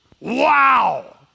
Wow